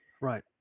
Right